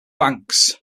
banks